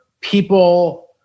people